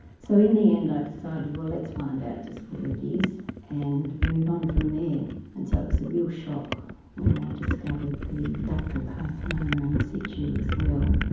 so in the end i decided well let's find out just where it is and move on from there and so it was a real shock when they discovered the ductal carcinoma in situ as well.